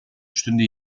stünde